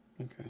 Okay